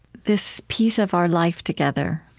this piece of our life together.